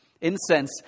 Incense